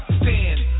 Stand